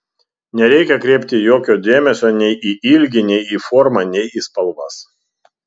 nereikia kreipti jokio dėmesio nei į ilgį nei į formą nei į spalvas